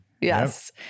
Yes